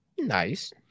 nice